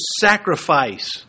sacrifice